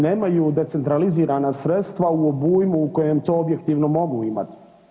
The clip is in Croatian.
Nemaju decentralizirana sredstva u obujmu u kojem to objektivno mogu imati.